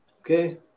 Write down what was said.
Okay